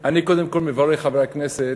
אני קודם כול מברך, חברי הכנסת,